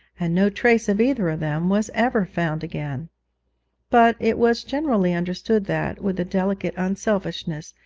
and no trace of either of them was ever found again but it was generally understood that, with a delicate unselfishness,